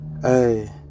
Hey